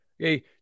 Okay